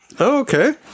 Okay